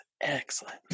Excellent